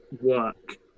work